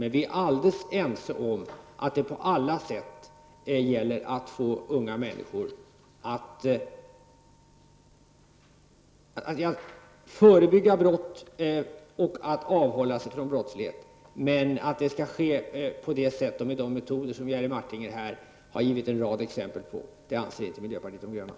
Men vi är helt ense om att det på alla sätt gäller att förebrygga brott och att få unga människor att avhålla sig från brottslighet. Men att det skall ske på det sätt och med de metoder som Jerry Martinger har gett en rad exempel på anser inte miljöpartiet de gröna.